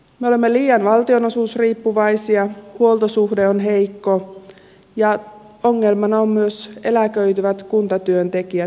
me olemme liian valtionosuusriippuvaisia huoltosuhde on heikko ja ongelmana ovat myös eläköityvät kuntatyöntekijät